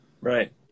Right